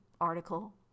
article